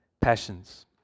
passions